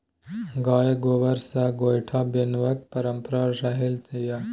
गायक गोबर सँ गोयठा बनेबाक परंपरा रहलै यै